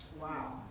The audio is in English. Wow